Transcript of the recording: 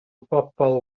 bobl